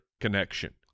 connection